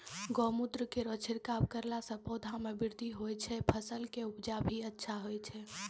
गौमूत्र केरो छिड़काव करला से पौधा मे बृद्धि होय छै फसल के उपजे भी अच्छा होय छै?